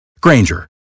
Granger